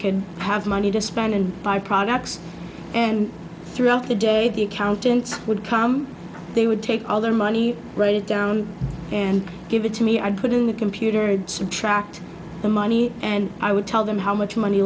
could have money to spend and buy products and throughout the day the accountants would come they would take all their money write it down and give it to me i'd put in the computer subtract the money and i would tell them how much money